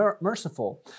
merciful